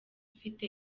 ifite